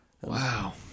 Wow